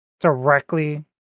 directly